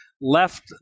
left